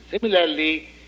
Similarly